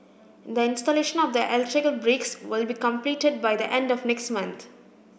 the installation of the electrical breaks will be completed by the end of next month